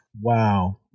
Wow